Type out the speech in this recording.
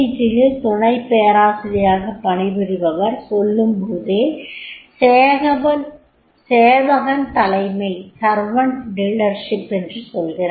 D யில் துணைப் பேராசிரியராகப் பணிபுரிபவர் சொல்லும்போது சேவகன் தலைமை என்று சொல்கிறார்